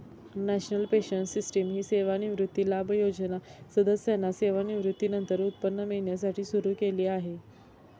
national pension system ही सेवानिवृत्ती लाभ योजना सदस्यांना सेवानिवृत्तीनंतर उत्पन्न मिळण्यासाठी सुरू केली आहे